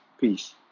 Peace